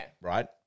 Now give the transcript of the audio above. right